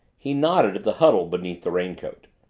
he nodded at the huddle beneath the raincoat.